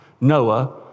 Noah